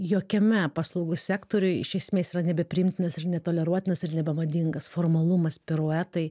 jokiame paslaugų sektoriuj iš esmės yra nebepriimtinas ir netoleruotinas ir nebemadingas formalumas piruetai